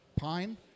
Pine